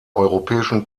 europäischen